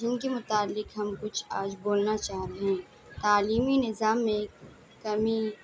جن کے متعلق ہم کچھ آج بولنا چاہ رہے ہیں تعلیمی نظام میں کمی